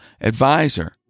advisor